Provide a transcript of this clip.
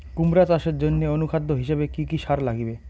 কুমড়া চাষের জইন্যে অনুখাদ্য হিসাবে কি কি সার লাগিবে?